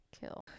kill